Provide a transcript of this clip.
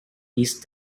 east